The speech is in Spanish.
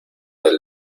del